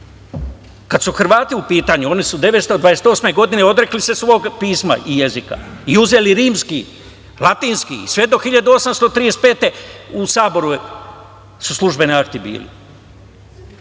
Kada su Hrvati u pitanju oni su se 928. godine odrekli svog pisma i jezika i uzeli rimski, latinski, sve do 1835. godine u Saboru su službeni akti